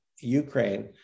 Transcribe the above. Ukraine